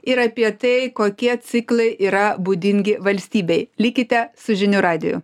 ir apie tai kokie ciklai yra būdingi valstybei likite su žinių radiju